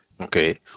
okay